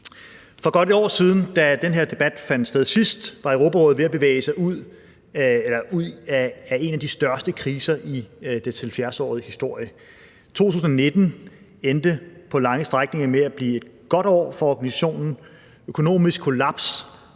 For godt et år siden, da den her debat fandt sted sidst, var Europarådet ved at bevæge sig ud af en af de største kriser i dets 70-årige historie. 2019 endte på lange stræk med at blive et godt år for organisationen. Økonomisk kollaps